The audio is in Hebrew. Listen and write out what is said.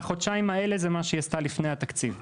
החודשיים האלה זה מה שהיא עשתה לפני התקציב.